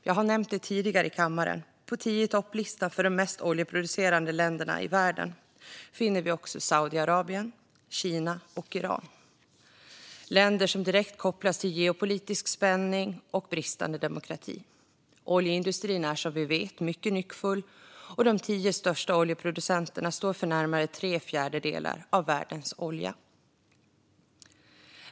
Jag har nämnt det tidigare i kammaren: På tio-i-topp-listan över de mest oljeproducerande länderna i världen finner vi också Saudiarabien, Kina och Iran - länder som direkt kopplas till geopolitisk spänning och bristande demokrati. Oljeindustrin är som vi vet mycket nyckfull, och de tio största oljeproducenterna står för närmare tre fjärdedelar av världens olja.